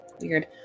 Weird